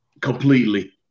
completely